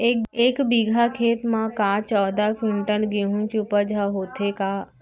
एक बीघा खेत म का चौदह क्विंटल गेहूँ के उपज ह होथे का?